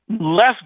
less